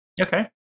okay